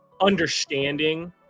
understanding